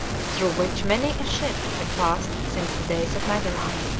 through which many a ship had passed since the days of magellan,